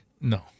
No